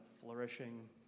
flourishing